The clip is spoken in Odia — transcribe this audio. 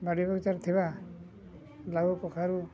ବାଡ଼ି ବଗିଚାରେ ଥିବା ଲାଉ କଖାରୁ